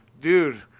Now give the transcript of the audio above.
Dude